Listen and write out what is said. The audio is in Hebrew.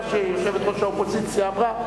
מה שיושבת-ראש האופוזיציה אמרה,